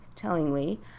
Tellingly